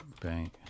bank